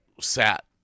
sat